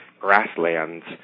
grasslands